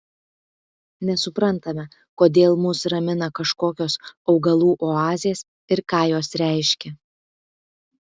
nesuprantame kodėl mus ramina kažkokios augalų oazės ir ką jos reiškia